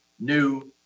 new